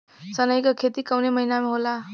सनई का खेती कवने महीना में होला?